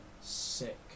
sick